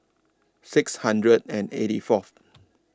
six hundred and eighty Fourth